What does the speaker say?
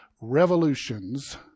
revolutions